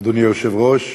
אדוני היושב-ראש,